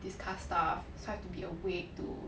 discuss stuff so I have to be awake to